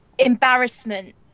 embarrassment